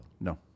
no